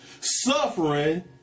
suffering